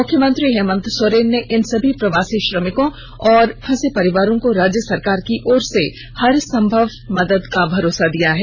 मुख्यमंत्री हेमंत सोरेन ने इन सभी प्रवासी श्रमिकों और फंसे परिवारों को राज्य सरकार की ओर से हरसंभव मदद का भरोसा दिलाया है